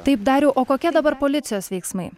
taip dariau o kokie dabar policijos veiksmai